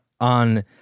on